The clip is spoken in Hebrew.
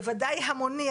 בוודאי המוני,